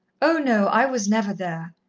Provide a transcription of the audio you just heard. oh, no, i was never there.